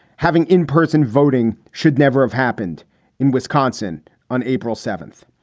having in-person voting should never have happened in wisconsin on april seventh.